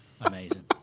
Amazing